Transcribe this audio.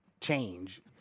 change